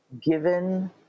given